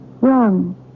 Wrong